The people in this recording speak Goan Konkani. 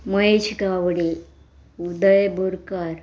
महेश गावडे उदय बोरकार